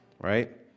right